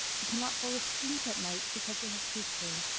who cannot fall asleep at night because they have tooth pain.